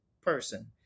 person